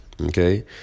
Okay